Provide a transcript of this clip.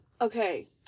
Okay